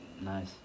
nice